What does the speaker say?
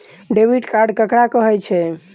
Debit card ककरा कहै छै?